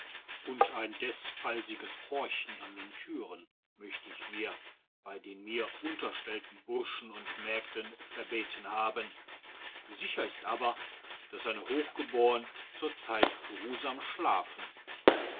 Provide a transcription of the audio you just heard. und ein desfallsiges horchen an den türen möchte ich mir bei den mir unterstellten burschen und mägden verbeten haben sicher aber ist daß seine hochgeboren zurzeit geruhsam schlafen